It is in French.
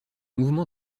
mouvement